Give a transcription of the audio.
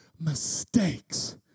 mistakes